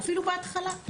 אפילו בהתחלה.